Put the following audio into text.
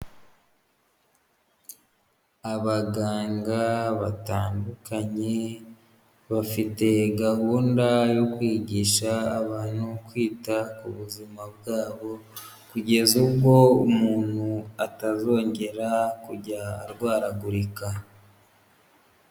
Abaganga batandukanye bafite gahunda yo kwigisha abantu kwita ku buzima bwabo kugeza ubwo umuntu atazongera kujya arwaragurika.